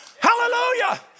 Hallelujah